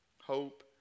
hope